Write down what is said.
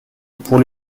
pour